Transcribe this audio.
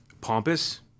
pompous